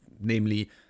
namely